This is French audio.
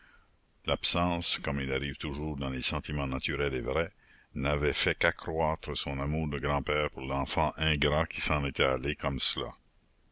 l'absence comme il arrive toujours dans les sentiments naturels et vrais n'avait fait qu'accroître son amour de grand-père pour l'enfant ingrat qui s'en était allé comme cela